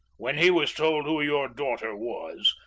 when he was told who your daughter was,